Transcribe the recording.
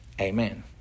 Amen